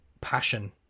passion